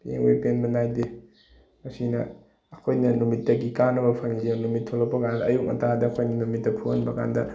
ꯌꯦꯡꯕꯒꯤ ꯄꯦꯟꯕ ꯅꯥꯏꯗꯦ ꯑꯁꯤꯅ ꯑꯩꯈꯣꯏꯅ ꯅꯨꯃꯤꯠꯇꯒꯤ ꯀꯥꯟꯅꯕ ꯐꯪꯂꯤꯁꯦ ꯅꯨꯃꯤꯠ ꯊꯣꯛꯂꯛꯄ ꯀꯥꯟꯗ ꯑꯌꯨꯛ ꯉꯟꯇꯥꯗ ꯐꯪꯏ ꯅꯨꯃꯤꯠꯇ ꯐꯨꯍꯟꯕ ꯀꯥꯟꯗ